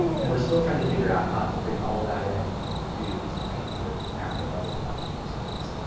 and we're still trying to figure out how to bring all of that in to these kinds of macro-level quantitative studies.